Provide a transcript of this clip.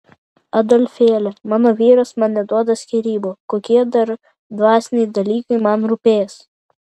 adolfėli mano vyras man neduoda skyrybų kokie dar dvasiniai dalykai man rūpės